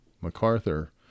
MacArthur